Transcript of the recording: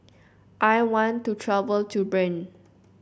I want to travel to Bern